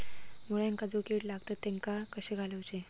मुळ्यांका जो किडे लागतात तेनका कशे घालवचे?